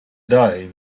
day